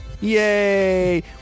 Yay